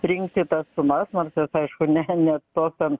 rinkti tas sumas nors jos aišku ne ne to ten